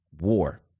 war